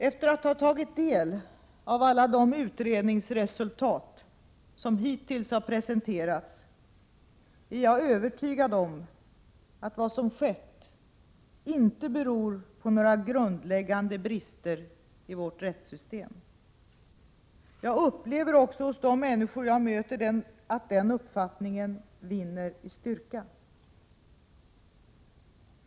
Efter att ha tagit del av alla de utredningsresultat som hittills har presenterats är jag övertygad om att vad som skett inte beror på några grundläggande brister i vårt rättssystem. Jag upplever också hos de människor jag möter att den uppfattningen vinner i styrka.